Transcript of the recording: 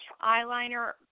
eyeliner